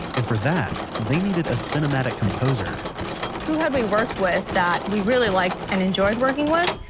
and for that, they needed a cinematic composer who had we worked with that we really liked and enjoyed working with,